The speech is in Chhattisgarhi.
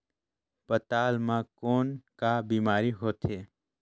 पातल म कौन का बीमारी होथे?